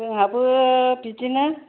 जोंहाबो बिदिनो